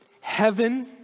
heaven